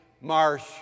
Marsh